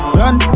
run